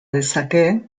dezake